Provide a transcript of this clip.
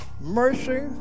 mercy